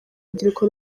rubyiruko